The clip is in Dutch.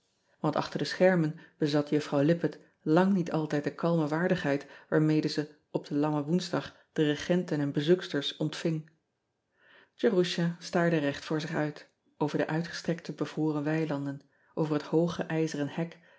ant achter de schermen bezat uffffrouw ippett lang niet altijd de kalme waardigheid waarmede ze op den ammen oensdag de regenten en bezoeksters ontving erusha staarde recht voor zich uit over de uitgestrekte bevroren weilanden over het hooge ijzeren hek